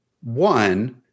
One